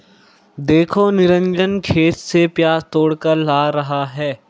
देखो निरंजन खेत से प्याज तोड़कर ला रहा है